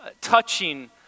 touching